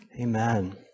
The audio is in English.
Amen